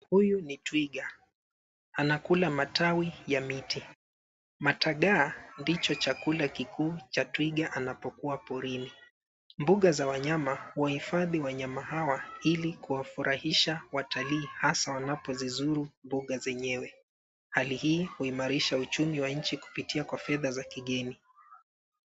Huyu ni twiga. Anakula matawi ya miti. Matagaa ndicho chakula kikuu cha twiga anapokuwa porini. Mbuga za wanyama huhifadhi wanyama hawa ili kuwafurahisha watalii hasa wanapozizuru mbuga zenyewe. Hali hii huimarisha uchumi wa nchi kupitia kwa fedha za kigeni.